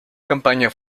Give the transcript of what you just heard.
campaña